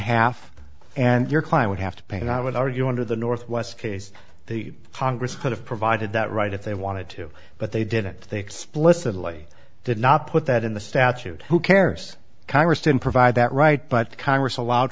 half and your client would have to pay and i would argue under the northwest case the congress could have provided that right if they wanted to but they didn't they explicitly did not put that in the statute who cares congress to provide that right but congress allowed